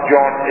John